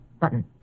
button